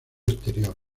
exterior